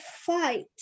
fight